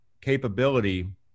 capability